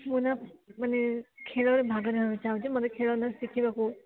ମୋ ନାଁ ମାନେ ଖେଳରେ ଭାଗ ନେବା କୁ ଚାହୁଁଚି ମାନେ ଖେଳ ଶିଖିବାକୁ